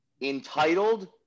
entitled